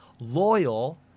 Loyal